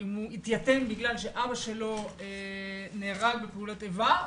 אם הוא התייתם או בגלל שאבא שלו נהרג בפעולות איבה,